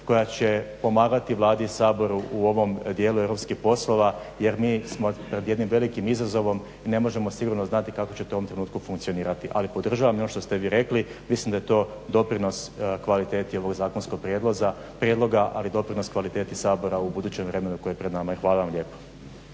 koja će pomagati Vladi i Saboru u ovom dijelu europskih poslova, jer mi smo pred jednim velikim izazovom i ne možemo sigurno znati kako će to u ovom trenutku funkcionirati. Ali podržavam i ono što ste vi rekli. Mislim da je to doprinos kvaliteti ovog zakonskog prijedloga, ali i doprinos kvaliteti Sabora u budućem vremenu koji je pred nama i hvala vam lijepo.